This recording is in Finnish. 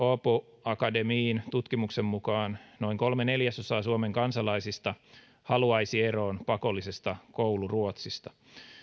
åbo akademin tutkimuksen mukaan noin kolme neljäsosaa suomen kansalaisista haluaisi eroon pakollisesta kouluruotsista